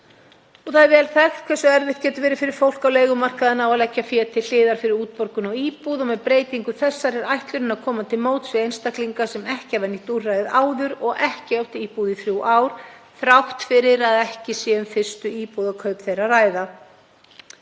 Það er vel þekkt hversu erfitt getur verið fyrir fólk á leigumarkaði að ná að leggja fé til hliðar fyrir útborgun í íbúð. Með breytingu þessari er ætlunin að koma til móts við einstaklinga sem ekki hafa nýtt úrræðið áður og ekki átt íbúð í þrjú ár, þrátt fyrir að ekki sé um fyrstu íbúðarkaup þeirra að ræða.